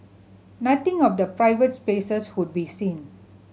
nothing of the private spaces would be seen